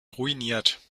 ruiniert